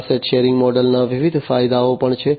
asset sharing મોડલના વિવિધ ફાયદાઓ પણ છે